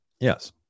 Yes